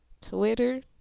Twitter